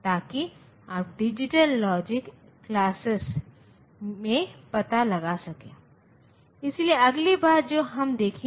फिर हम 1'sकॉम्प्लीमेंट लेते हैं जो 1000 है और फिर हम इसके साथ एक जोड़ते हैं